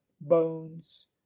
bones